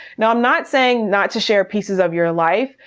now i'm not saying not to share pieces of your life,